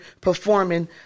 performing